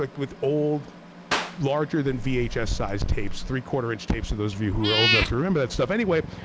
like with old larger than vhs-sized vhs-sized tapes, three quarter inch tapes for those of you who are old enough to remember that stuff. anyway,